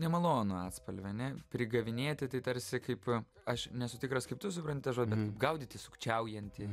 nemalonų atspalvį ane prigavinėti tai tarsi kaip aš nesu tikras kaip tu supranti tą žodį gaudyti sukčiaujantį